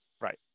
Right